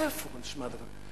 איפה נשמע דבר כזה?